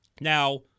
Now